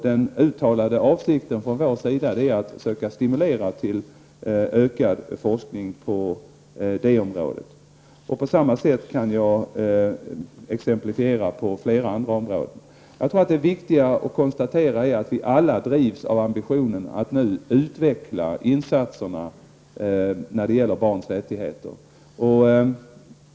Den uttalade avsikten från vår sida är att söka stimulera till ökad forskning på området. Jag kan exemplifiera på samma sätt på flera områden. Det är viktigt att konstatera att vi alla drivs av ambitionen att utveckla insatserna när det gäller barns rättigheter.